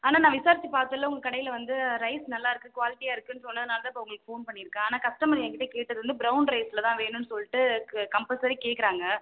ஆனால் நான் விசாரிச்சு பார்த்ததுல உங்கள் கடையில வந்து ரைஸ் நல்லாருக்கு குவாலிட்டியாக இருக்குன்னு சொன்னதுனால தான் இப்போ உங்களுக்கு ஃபோன் பண்ணிருக்கேன் ஆனால் கஸ்டமர் ஏங்கிட்ட கேட்டது வந்து ப்ரௌன் ரைஸில்தான் வேணுன்னு சொல்லிட்டு கு கம்பல்சரி கேட்குறாங்க